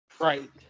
Right